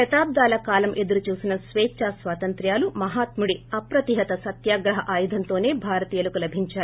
శాతాబ్దాల కాలం ఎదురు చూసిన స్వేచ్చా స్వాతంత్ర్వాలు మహాత్ముడి అప్రతిహత సత్యాగ్రహ ఆయుధం తోసే భారతీయులకు లభించాయి